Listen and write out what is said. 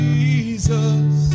Jesus